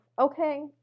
Okay